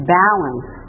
balance